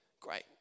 Great